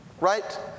Right